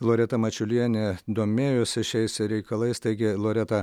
loreta mačiulienė domėjosi šiais reikalais taigi loreta